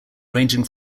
ranging